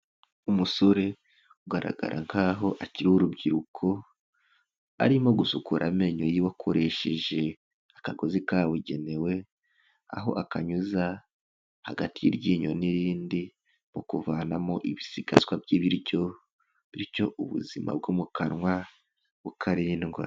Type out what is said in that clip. Umusore ugaragara nk'aho akiri urubyiruko, arimo gusukura amenyo y'iwe akoresheje akagozi kabugenewe, aho akanyuza hagati y'iryinyo n'irindi mu kuvanamo ibisigazwa by'ibiryo bityo ubuzima bwo mu kanwa bukarindwa.